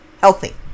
healthy